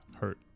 hurt